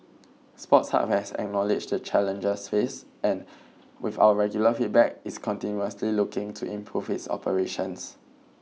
Sports Hub has acknowledged the challenges faced and with our regular feedback is continuously looking to improve its operations